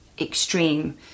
extreme